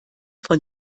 von